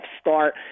start